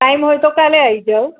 time હોય તો કાલે આઈ જાવ